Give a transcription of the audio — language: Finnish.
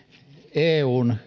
eun